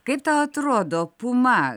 kaip tau atrodo puma